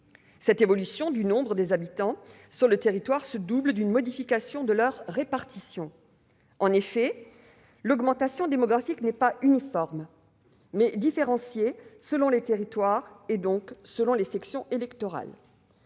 Cette évolution du nombre des habitants sur le territoire se double d'une modification de leur répartition. En effet, l'augmentation démographique n'est pas uniforme ; elle est différenciée selon les territoires, donc selon les sections électorales.